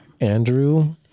Andrew